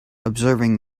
observing